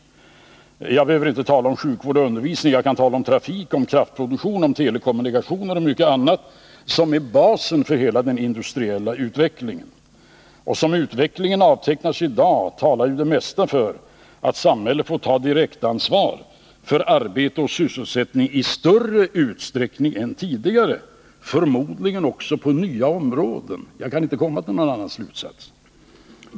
Jag behöver inte tala endast om sjukvård och undervisning, utan jag kan tala om trafik, kraftproduktion, telekommunikationer och mycket annat, som är basen för hela den industriella utvecklingen. Som utvecklingen avtecknar sig i dag talar ju det mesta för att samhället i större utsträckning än tidigare får ett direktansvar för arbete och sysselsättning, förmodligen också på nya områden. Jag kan inte komma till någon annan slutsats.